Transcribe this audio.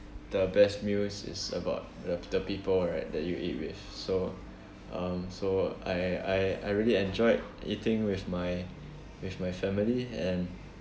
the best meals is about the the people right that you eat with so um so I I I really enjoyed eating with my with my family and